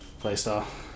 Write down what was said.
playstyle